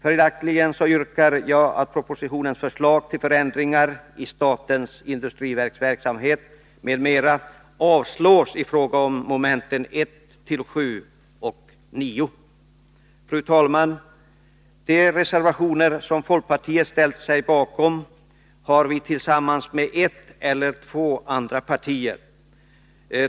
Följaktligen yrkar jag att propositionens förslag till förändringar i statens industriverks verksamhet, m.m. avslås i fråga om momenten 1-7 och 9. Fru talman! De reservationer som folkpartiet har ställt sig bakom har vi avgivit tillsammans med ett eller två andra partier.